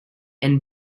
and